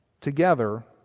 together